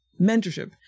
mentorship